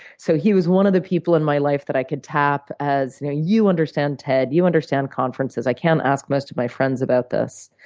so he was one of the people in my life that i could tap as, you know you understand ted. you understand conferences. i can't ask most of my friends about this.